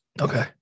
Okay